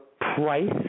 Price